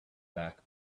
back